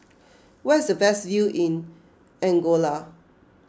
where is the best view in Angola